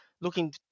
looking